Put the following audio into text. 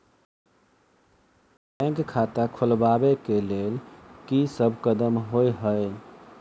Bank खाता खोलबाबै केँ लेल की सब कदम होइ हय?